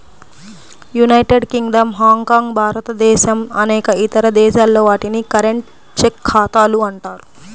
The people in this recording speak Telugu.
యునైటెడ్ కింగ్డమ్, హాంకాంగ్, భారతదేశం అనేక ఇతర దేశాల్లో, వాటిని కరెంట్, చెక్ ఖాతాలు అంటారు